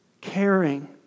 caring